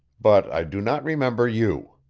but i do not remember you.